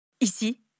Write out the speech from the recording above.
Ici